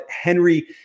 Henry